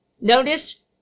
Notice